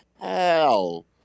hell